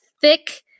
thick